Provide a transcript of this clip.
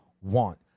want